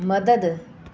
मदद